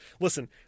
Listen